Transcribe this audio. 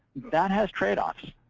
that has trade-offs.